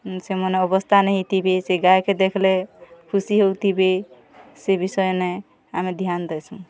ସେମାନେ ଅବସ୍ଥା ନାଇଁ ହେଇଥିବେ ସେ ଗାଏକେ ଦେଖ୍ଲେ ଖୁସି ହଉଥିବେ ସେ ବିଷୟନେ ଆମେ ଧ୍ୟାନ୍ ଦେସୁଁ